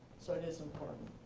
so it is important.